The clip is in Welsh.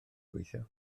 gweithio